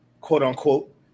quote-unquote